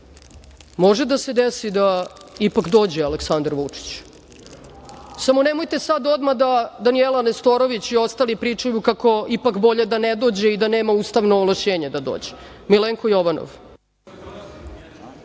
zasedanja, ipak dođe Aleksandar Vučić. Samo nemojte sada odmah da Danijela Nestorović i ostali pričaju kako je bolje da ipak ne dođe i da nema ustavna ovlašćenja da dođe. Reč ima Milenko Jovanov.